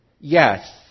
Yes